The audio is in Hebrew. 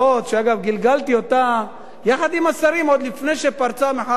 שאגב גילגלתי אותה יחד עם השרים עוד לפני שפרצה המחאה החברתית,